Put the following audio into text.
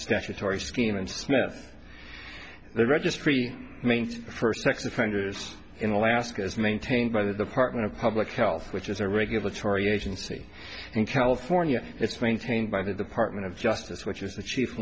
statutory scheme and smith registry maint first sex offenders in alaska is maintained by the department of public health which is a regulatory agency in california it's maintained by the department of justice which is the chief